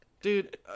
Dude